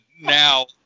now